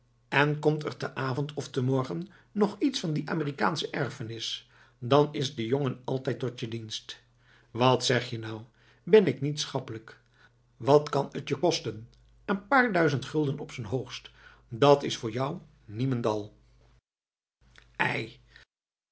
en komt er te avond of te morgen nog iets van die amerikaander erfenis dan is de jongen altijd tot je dienst wat zeg je nou ben ik niet schappelijk wat kan het je kosten een paar duizend gulden op z'n hoogst dat is voor jou niemendal ei